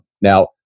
Now